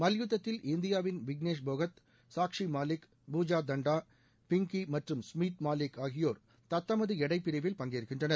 மல்யுத்தத்தில் இந்தியாவின் வினேஷ் போகத் சாக்சி மாலிக் பூஜா தண்டா பிங்கி மற்றும் ஸ்மீத் மாலிக் ஆகியோர் தத்தமது எடை பிரிவில் பங்கேற்கின்றனர்